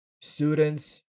students